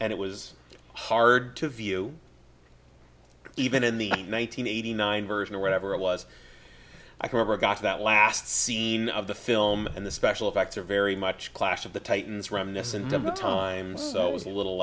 and it was hard to view even in the one nine hundred eighty nine version or whatever it was i could never got to that last scene of the film and the special effects are very much clash of the titans reminiscent of the time so it was a little